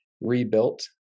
rebuilt